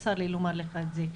צר לי לומר לך את זה,